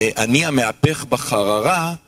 אני המהפך בחררה.